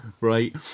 Right